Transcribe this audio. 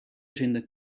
zinnen